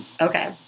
Okay